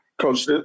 Coach